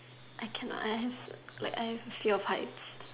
I cannot I have like I have a fear of heights